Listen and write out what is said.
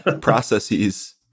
processes